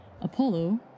Apollo